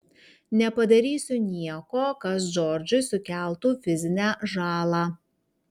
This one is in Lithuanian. nepadarysiu nieko kas džordžui sukeltų fizinę žalą